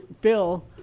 Phil